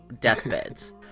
deathbeds